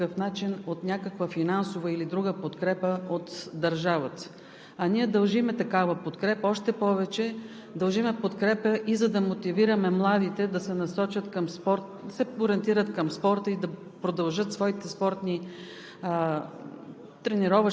Затова пък все още имаме европейски и световни шампиони, които не могат да се възползват по никакъв начин от някаква финансова или друга подкрепа от държавата. А ние дължим такава подкрепа, още повече дължим подкрепа и за да мотивираме младите да се насочат, да се